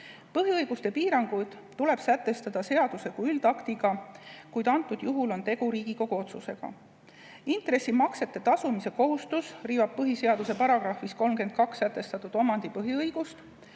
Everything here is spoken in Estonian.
Põhiõiguste piirangud tuleb sätestada seaduse kui üldaktiga, kuid antud juhul on tegu Riigikogu otsusega. Intressimaksete tasumise kohustus riivab põhiseaduse §‑s 32 sätestatud omandipõhiõigust,